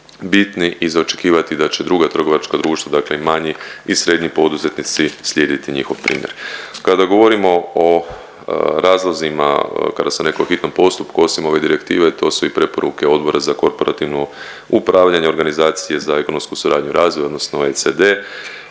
bitni i za očekivati da će druga trgovačka društva dakle i manji i srednji poduzetnici slijediti njihov primjer. Kada govorimo o razlozima kada sam rekao o hitnom postupku, osim ove direktive to su preporuke Odbora za korporativno upravljanje, Organizacije za ekonomsku suradnju i razvoj odnosno OECD,